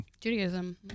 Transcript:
Judaism